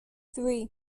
three